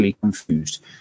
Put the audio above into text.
confused